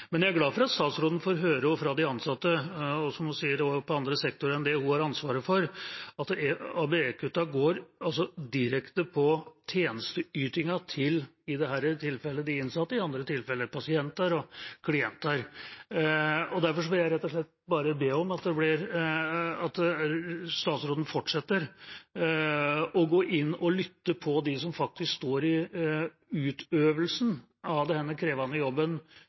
Men jeg er glad for at statsråden også får høre fra de ansatte – og som hun sier, også på andre sektorer enn det hun har ansvaret for – at ABE-kuttene går direkte på tjenesteytingen, i dette tilfellet til de innsatte og i andre tilfeller til pasienter og klienter. Og derfor får jeg rett og slett bare be om at statsråden fortsetter å gå inn og lytte til dem som faktisk står i utøvelsen av denne krevende jobben